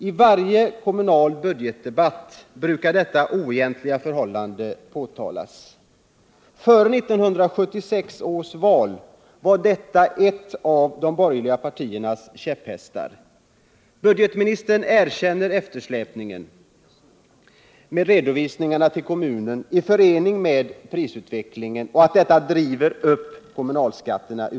I varje kommunal budgetdebatt brukar detta oegentliga förhållande påtalas. Före 1976 års val var detta en av de borgerliga käpphästarna. Budgetministern erkänner också att denna eftersläpning med redovisningen till kommunerna i förening med prisutvecklingen driver upp kommunalskatterna.